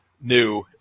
new